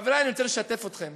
חברי, אני רוצה לשתף אתכם